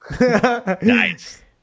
Nice